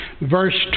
verse